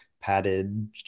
padded